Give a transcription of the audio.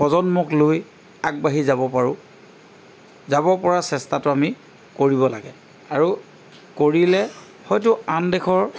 প্ৰজন্মক লৈ আগবাঢ়ি যাব পাৰোঁ যাব পৰা চেষ্টাটো আমি কৰিব লাগে আৰু কৰিলে হয়তো আন দেশৰ